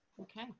Okay